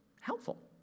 helpful